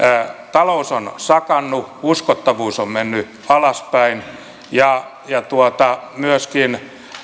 talous on sakannut uskottavuus on mennyt alaspäin ja myöskin